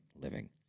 living